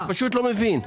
אני לא מבין.